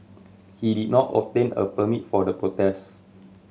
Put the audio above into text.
he did not obtain a permit for the protest